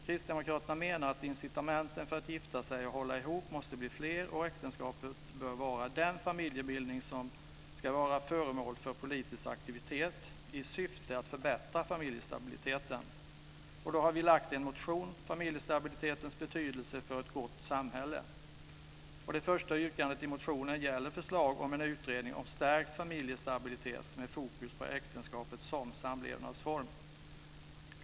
Kristdemokraterna menar att incitamenten för att gifta sig och hålla ihop måste bli fler, och äktenskapet bör vara den familjebildning som ska vara föremål för politisk aktivitet i syfte att förbättra familjestabiliteten. Vi har lagt fram en motion, Familjestabilitetens betydelse för ett gott samhälle. Det första yrkandet i motionen gäller förslag om en utredning om stärkt familjestabilitet med fokus på äktenskapet som samlevnadsform.